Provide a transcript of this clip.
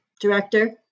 director